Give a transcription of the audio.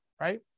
right